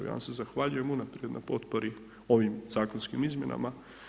Ja vam se zahvaljujem unaprijed na potpori ovim zakonskim izmjenama.